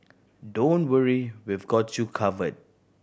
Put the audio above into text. don't worry we've got you covered